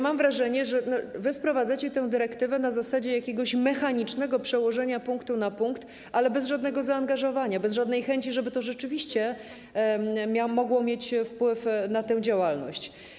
Mam wrażenie, że wprowadzacie tę dyrektywę na zasadzie jakiegoś mechanicznego przełożenia punktu na punkt, ale bez żadnego zaangażowania, bez żadnej chęci, żeby to rzeczywiście mogło mieć wpływ na tę działalność.